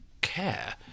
care